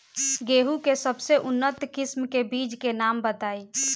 गेहूं के सबसे उन्नत किस्म के बिज के नाम बताई?